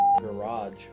garage